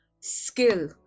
skill